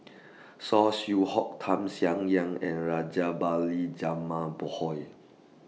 Saw Swee Hock Tham Sien Yen and Rajabali Jumabhoy